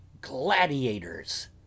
gladiators